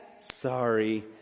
Sorry